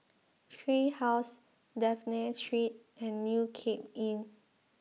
Tree House Dafne Street and New Cape Inn